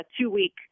two-week